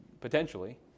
potentially